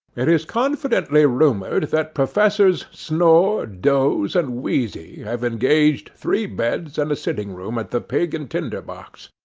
it is confidently rumoured that professors snore, doze, and wheezy have engaged three beds and a sitting-room at the pig and tinder-box.